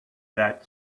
that